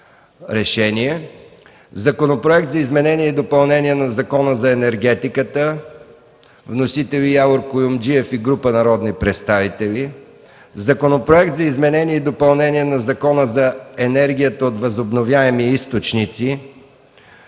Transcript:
Законопроект за изменение и допълнение на Закона за енергетиката. Вносители – Явор Куюмджиев и група народни представители; - Законопроект за изменение и допълнение на Закона за енергията от възобновяеми източници.